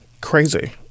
Crazy